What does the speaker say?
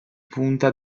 punta